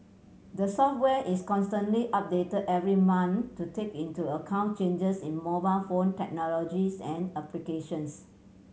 the software is constantly update every month to take into account changes in mobile phone technologies and applications